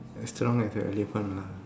as strong as an elephant ah